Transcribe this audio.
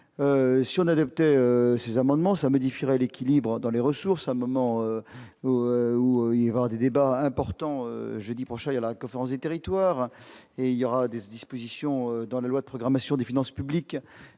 si on adaptait ces amendements ça modifierait l'équilibre dans les ressources à un moment où il y avoir des débats importants jeudi prochain et la conférence des territoires et il y aura des dispositions dans la loi de programmation des finances publiques